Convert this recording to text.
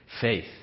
faith